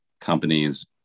companies